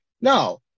no